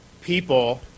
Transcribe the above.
people